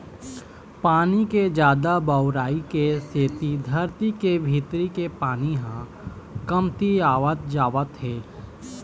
पानी के जादा बउरई के सेती धरती के भीतरी के पानी ह कमतियावत जावत हे